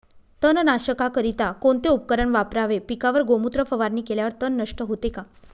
तणनाशकाकरिता कोणते उपकरण वापरावे? पिकावर गोमूत्र फवारणी केल्यावर तण नष्ट होते का?